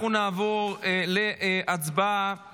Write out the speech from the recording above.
אנחנו נעבור להצבעה